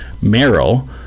Merrill